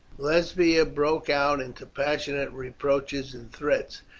lesbia broke out into passionate reproaches and threats,